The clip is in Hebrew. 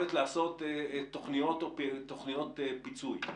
יכולת לממש תוכניות פיצוי,